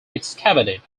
excavated